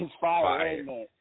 Fire